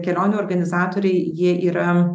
kelionių organizatoriai jie yra